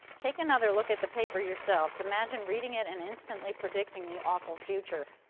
take another look at the paper yourselves. imagine reading it and instantly predicting the awful future.